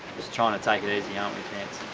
just trying to take it easy aren't we pants